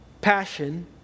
passion